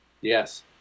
Yes